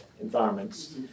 environments